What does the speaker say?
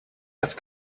have